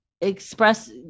express